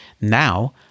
Now